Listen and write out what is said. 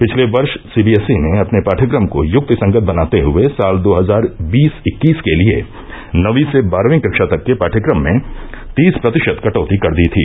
पिछले वर्ष सीवीएसई ने अपने पाठ्यक्रम को युक्तिसंगत बनाते हुए साल दो हजार बीस इक्कीस के लिए नवीं से बारहवीं कक्षा तक के पाठ्यक्रम में तीस प्रतिशत कटौती कर दी थी